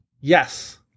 Yes